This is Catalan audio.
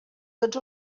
tots